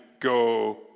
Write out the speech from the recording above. go